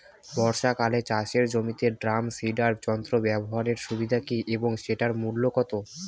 বর্ষাকালে চাষের জমিতে ড্রাম সিডার যন্ত্র ব্যবহারের সুবিধা কী এবং সেটির মূল্য কত?